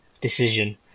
decision